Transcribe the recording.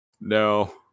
No